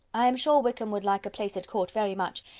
i am sure wickham would like a place at court very much,